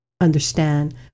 understand